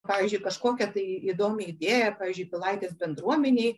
pavyzdžiui kažkokia tai įdomi idėja pavyzdžiui pilaitės bendruomenei